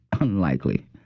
unlikely